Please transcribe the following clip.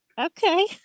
okay